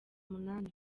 umunani